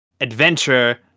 adventure